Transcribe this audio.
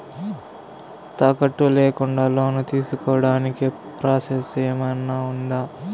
తాకట్టు లేకుండా లోను తీసుకోడానికి ప్రాసెస్ ఏమన్నా ఉందా?